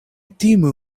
timu